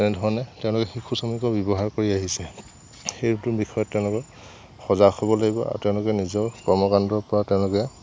এনেধৰণে তেওঁলোকে শিশু শ্ৰমিকৰ ব্যৱহাৰ কৰি আহিছে সেইটো বিষয়ত তেওঁলোকে সজাগ হ'ব লাগিব আৰু তেওঁলোকে নিজৰ কৰ্মকাণ্ডৰ পৰা তেওঁলোকে